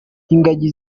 ingagi